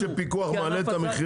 אבל אתה מבין שפיקוח מעלה את המחירים?